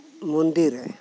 ᱢᱚᱱᱫᱤᱨ ᱨᱮ